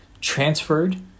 transferred